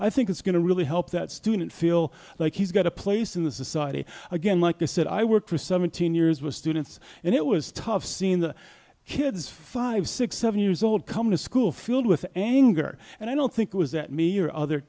i think it's going to really help that student feel like he's got a place in the society again like i said i worked for seventeen years with students and it was tough seen the kids five six seven years old come to school filled with anger and i don't think it was that me or other